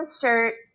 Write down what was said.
shirt